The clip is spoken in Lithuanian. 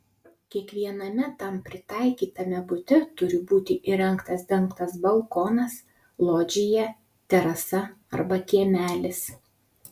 kiekviename tam pritaikytame bute turi būti įrengtas dengtas balkonas lodžija terasa arba kiemelis